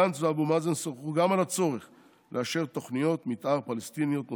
גנץ ואבו מאזן שוחחו גם על הצורך לאשר תוכניות מתאר פלסטיניות נוספות.